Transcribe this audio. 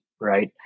right